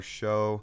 show